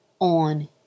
on